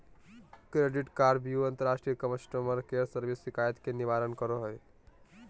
credit कार्डव्यू अंतर्राष्ट्रीय customer care service शिकायत के निवारण करो हइ